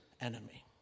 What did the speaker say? enemy